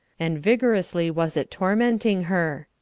and vigorously was it tormenting her.